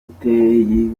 gatete